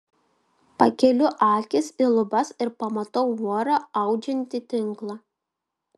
pakeliu akis į lubas ir pamatau vorą audžiantį tinklą